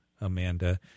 Amanda